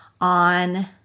on